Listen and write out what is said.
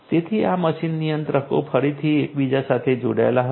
તેથી આ મશીન નિયંત્રકો ફરીથી એકબીજા સાથે જોડાયેલા હશે